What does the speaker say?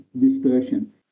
dispersion